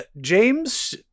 James